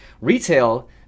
Retail